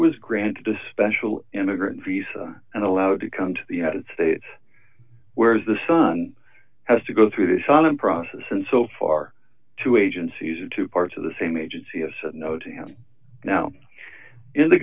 was granted a special immigrant visa and allowed to come to the united states whereas the son has to go through this on a process and so far two agencies and two parts of the same agency have said no to him now in the